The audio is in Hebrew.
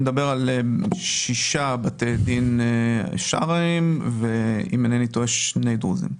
מדובר על שישה בתי דין שרעים ואם אינני טועה שני בתי דין דרוזים.